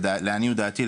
לעניות דעתי,